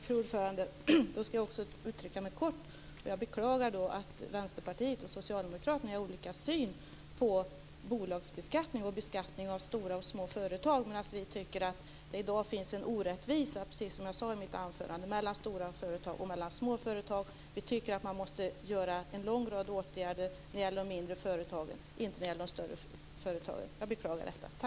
Fru talman! Då ska jag också uttrycka mig kort: Jag beklagar att Vänsterpartiet och Socialdemokraterna har olika syn på bolagsbeskattning och beskattning av stora och små företag. Vi tycker att det i dag finns en orättvisa - precis som jag sade i mitt anförande - mellan stora och små företag. Vi tycker att man måste vidta en lång rad åtgärder när det gäller de mindre företagen, inte för de större företagen. Jag beklagar detta.